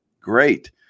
Great